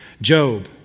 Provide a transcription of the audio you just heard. Job